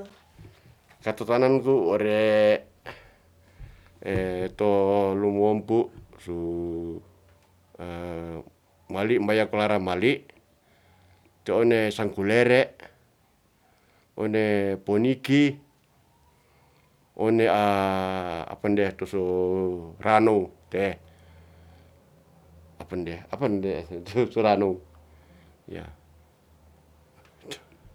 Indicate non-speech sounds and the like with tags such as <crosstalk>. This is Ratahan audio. Katetonanku ore <hesitation> to luwompu su <hesitation> mali mbaya klara mali, te one sangkulere one poniki, one <hesitation> tu so ranow te'e, apa nde tu ranow ya'